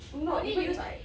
no even use I